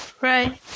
right